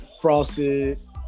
Frosted